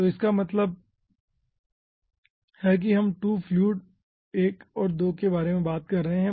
तो इसका मतलब है कि हम 2 फ्लूइड 1 और 2 के बारे में बात कर रहे हैं